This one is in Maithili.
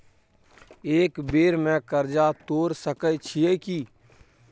एक बेर में कर्जा तोर सके छियै की?